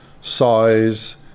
size